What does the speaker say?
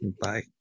Bye